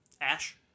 Ash